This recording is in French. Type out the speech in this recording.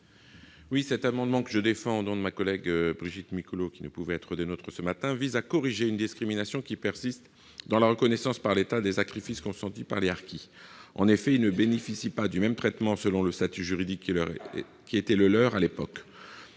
II-3. Cet amendement, que je présente au nom de ma collègue Brigitte Micouleau, qui ne pouvait être présente ce matin, vise à corriger une discrimination persistante dans la reconnaissance par l'État des sacrifices consentis par les harkis. En effet, ceux-ci ne bénéficient pas du même traitement selon le statut juridique qui était le leur à l'époque